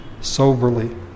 soberly